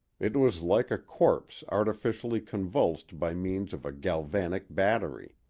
it was like a corpse artificially convulsed by means of a galvanic battery.